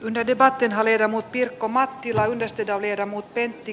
minne debatin halli ja muut pirkko mattilan nesteitä viedä mut pentti